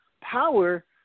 power